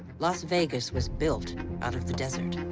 las vegas was built out of the desert.